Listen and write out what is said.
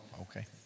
okay